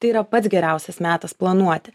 tai yra pats geriausias metas planuoti